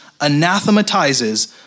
anathematizes